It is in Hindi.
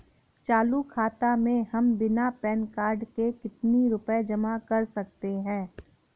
चालू खाता में हम बिना पैन कार्ड के कितनी रूपए जमा कर सकते हैं?